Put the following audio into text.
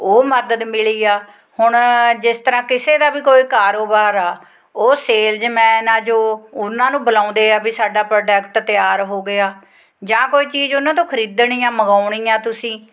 ਉਹ ਮਦਦ ਮਿਲੀ ਆ ਹੁਣ ਜਿਸ ਤਰ੍ਹਾਂ ਕਿਸੇ ਦਾ ਵੀ ਕੋਈ ਕਾਰੋਬਾਰ ਆ ਉਹ ਸੇਲਜਮੈਨ ਆ ਜੋ ਉਹਨਾਂ ਨੂੰ ਬੁਲਾਉਂਦੇ ਆ ਵੀ ਸਾਡਾ ਪ੍ਰੋਡਕਟ ਤਿਆਰ ਹੋ ਗਿਆ ਜਾਂ ਕੋਈ ਚੀਜ਼ ਉਹਨਾਂ ਤੋਂ ਖਰੀਦਣੀ ਆ ਮੰਗਵਾਉਣੀ ਆ ਤੁਸੀਂ